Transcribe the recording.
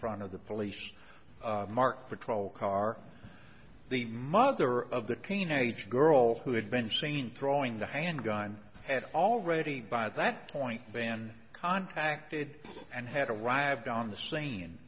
front of the police marked patrol car the mother of the cane age girl who had been seen throwing the handgun had already by that point been contacted and had arrived on the scene